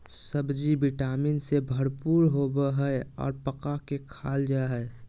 सब्ज़ि vitamin से भरपूर होबय हइ और पका के खाल जा हइ